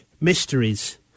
mysteries